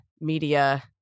media